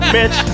Bitch